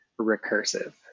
recursive